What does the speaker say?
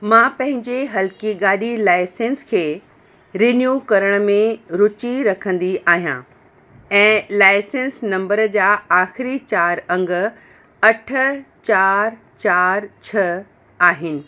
मां पंहिंजे हल्के गाॾी लाइसंस खे रिन्यू करण में रुची रखंदी आहियां ऐं लाइसंस नम्बर जा आख़िरी चार अंग अठ चार चार छह आहिनि